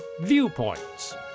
Viewpoints